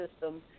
system